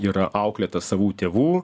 yra auklėtas savų tėvų